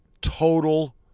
total